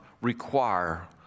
require